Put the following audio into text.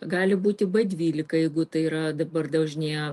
gali būti b dvylika jeigu tai yra dabar dažnėja